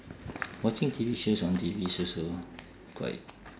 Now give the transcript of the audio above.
watching T_V shows on T_V is also quite